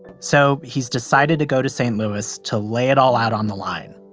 so he's decided to go to st. louis to lay it all out on the line.